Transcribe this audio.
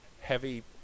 heavy